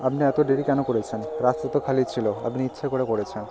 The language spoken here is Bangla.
আপনি এত দেরি কেন করেছেন রাস্তা তো খালি ছিল আপনি ইচ্ছে করে করেছেন